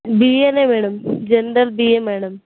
బీఏనే madam general BA madam